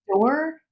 door